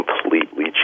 completely